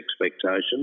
expectations